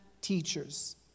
teachers